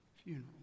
funeral